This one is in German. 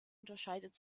unterscheidet